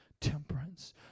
temperance